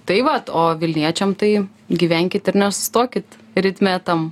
tai vat o vilniečiam tai gyvenkit ir nesustokit ritme tam